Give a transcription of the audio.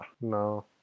No